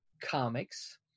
comics